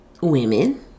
women